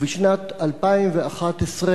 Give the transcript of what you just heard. בשנת 2011,